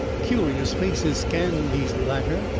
curious faces scanned these latter.